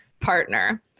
partner